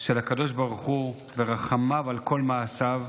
על הקדוש ברוך הוא: "ורחמיו על כל מעשיו".